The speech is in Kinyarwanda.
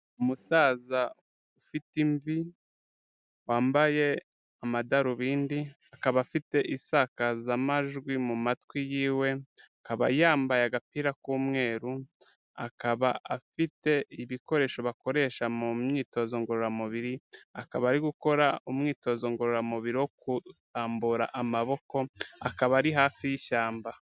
Umusaza ufite imvi, wambaye amadarubindi, akaba afite isakazamajwi mu matwi yiwe, akaba yambaye agapira k'umweru, akaba afite ibikoresho bakoresha mu myitozo ngororamubiri, akaba ari gukora umwitozo ngororamubiri wo kurambura amaboko, akaba ari hafi y'ishyamba.